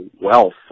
wealth